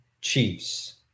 chiefs